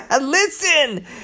Listen